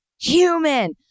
human